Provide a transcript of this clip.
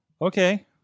Okay